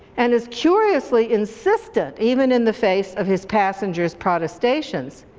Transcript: and is curiously insistent even in the face of his passenger's protestations.